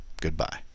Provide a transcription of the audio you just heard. goodbye